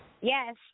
Yes